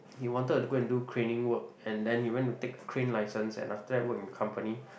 he wanted to go and do craning work and then he went to take crane licence and after that work in company